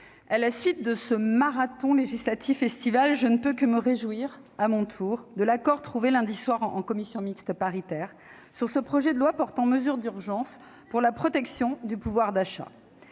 à l'issue de ce marathon législatif estival, je ne puis que me réjouir, à mon tour, de l'accord trouvé lundi soir en commission mixte paritaire sur ce projet de loi portant mesures d'urgence pour la protection du pouvoir d'achat.